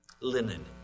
linen